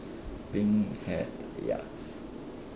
pink hair ya